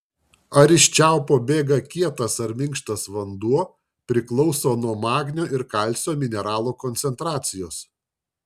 ar iš čiaupo bėga kietas ar minkštas vanduo priklauso nuo magnio ir kalcio mineralų koncentracijos